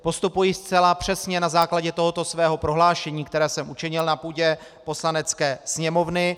Postupuji zcela přesně na základě tohoto svého prohlášení, které jsem učinil na půdě Poslanecké sněmovny.